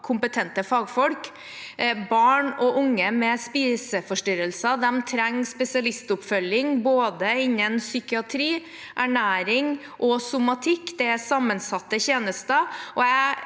kompetente fagfolk. Barn og unge med spiseforstyrrelser trenger spesialistoppfølging innenfor både psykiatri, ernæring og somatikk. Det er sammensatte tjenester,